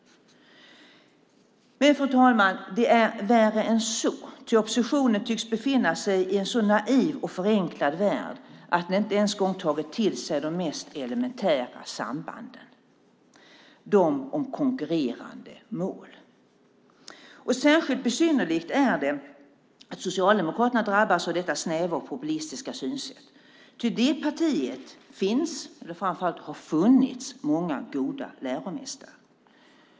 Men, fru talman, det är värre än så, ty oppositionen tycks befinna sig i en så naiv och förenklad värld att den inte ens tagit till sig de mest elementära sambanden, de om konkurrerande mål. Särskilt besynnerligt är det att Socialdemokraterna drabbats av detta snäva och populistiska synsätt, ty i det partiet finns, och framför allt har funnits, många goda läromästare.